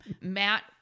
Matt